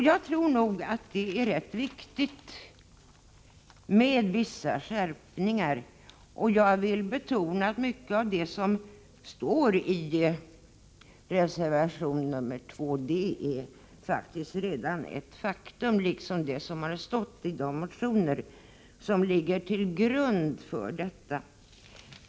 Jag tror också att det är rätt viktigt med vissa skärpningar. Jag vill betona att mycket av det som står i reservation nr 2 faktiskt redan är genomfört, och det gäller också det som har anförts i de motioner som ligger till grund för reservationen.